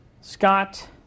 Scott